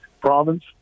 province